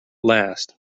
last